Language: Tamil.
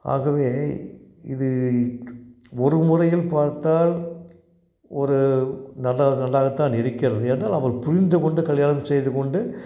ஆகவே இது ஒரு முறையில் பார்த்தால் ஒரு நட நன்றாகத்தான் இருக்கிறது ஏன்னா அவர்கள் புரிந்து கொண்டு கல்யாணம் செய்துக்கொண்டு